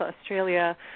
Australia